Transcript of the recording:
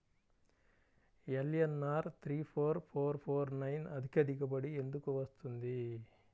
LNR three four four four nine అధిక దిగుబడి ఎందుకు వస్తుంది?